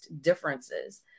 differences